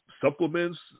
supplements